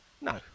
No